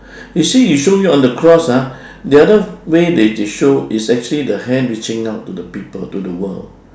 you see you show me on the cross ah the other way they they show is actually the hand reaching out to the people to the world